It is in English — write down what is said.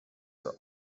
are